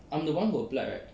I'm the one who applied right